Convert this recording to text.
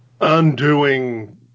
undoing